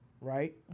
right